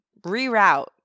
Reroute